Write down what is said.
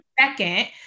second